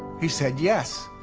he said yes.